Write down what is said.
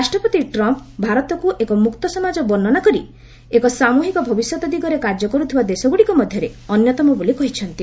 ରାଷ୍ଟ୍ରପତି ଟ୍ରମ୍ପ୍ ଭାରତକୁ ଏକ ମୁକ୍ତ ସମାଜ ବର୍ଷନା କରି ଏକ ସାମହିକ ଭବିଷ୍ୟତ ଦିଗରେ କାର୍ଯ୍ୟ କରୁଥିବା ଦେଶଗୁଡ଼ିକ ମଧ୍ୟରେ ଅନ୍ୟତମ ବୋଲି କହିଛନ୍ତି